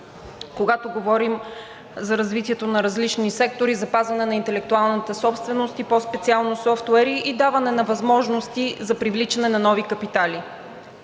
когато говорим за развитието на различни сектори, запазване на интелектуалната собственост и по-специално софтуери и даване на възможности за привличане на нови капитали.